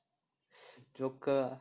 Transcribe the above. joker ah